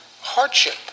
hardship